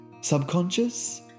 subconscious